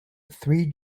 three